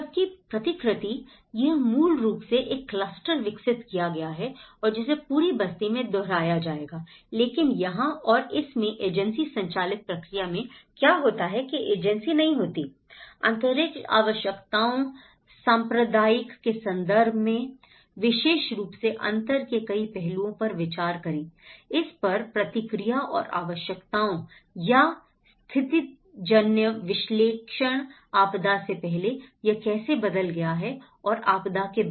जबकि प्रतिकृति यह मूल रूप से एक क्लस्टर विकसित किया गया है और जिसे पूरी बस्ती में दोहराया जाएगा लेकिन यहाँ और इस में एजेंसी संचालित प्रक्रिया में क्या होता है की एजेंसी नहीं होती अंतरिक्ष आवश्यकताओं सांप्रदायिक के संदर्भ में विशेष रूप से अंतर के कई पहलुओं पर विचार करें इस पर प्रतिक्रिया और आवश्यकताओं या स्थितिजन्य विश्लेषण आपदा से पहले यह कैसे बदल गया है और आपदा के बाद